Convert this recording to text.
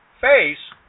face